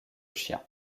chien